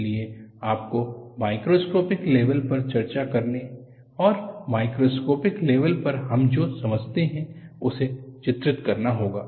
इसलिए आपको microscopic level पर चर्चा करने और मैक्रोस्कोपिक लेवल पर हम जो समझते हैं उसे चित्रित करना होगा